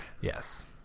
yes